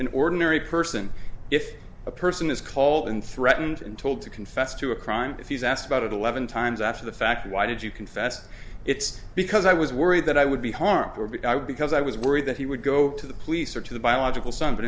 an ordinary person if a person is called and threatened and told to confess to a crime if he's asked about it eleven times after the fact why did you confess it's because i was worried that i would be hard for me because i was worried that he would go to the police or to the biological son but